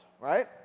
right